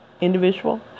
individual